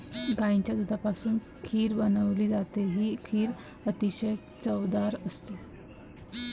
गाईच्या दुधापासून खीर बनवली जाते, ही खीर अतिशय चवदार असते